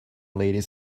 ladies